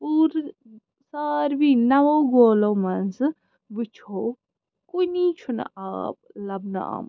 پوٗرٕ ساروٕے نَوو گولو منٛز وُچھو کُنے چھُنہٕ آب لَبنہٕ آمُت